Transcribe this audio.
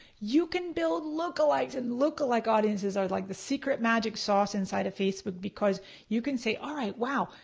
you can build look-a-likes and look-a-like audiences are like the secret magic sauce inside of facebook, because you can say, all right wow,